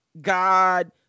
God